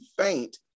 faint